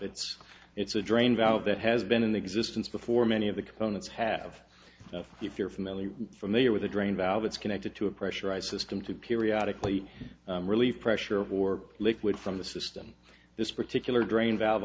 it's it's a drain valve that has been in existence before many of the components have if you're familiar familiar with the drain valve it's connected to a pressurized system to periodically relieve pressure of war liquid from the system this particular drain valve